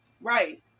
Right